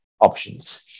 options